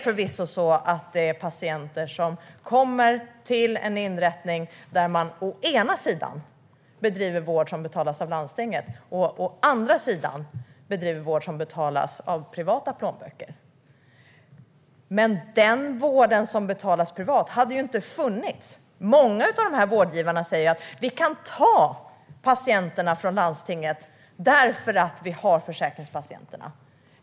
Förvisso kommer patienter till en inrättning där man å ena sidan bedriver vård som betalas av landstinget och å andra sidan bedriver vård som betalas ur privata plånböcker, men den vård som betalas privat hade ju inte funnits alls annars. Många av de här vårdgivarna säger att de kan ta emot patienterna från landstinget därför att de har försäkringspatienterna.